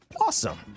Awesome